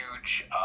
huge